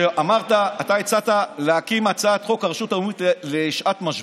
אתה הצעת להקים רשות לאומית לשעת משבר.